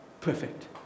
Perfect